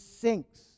sinks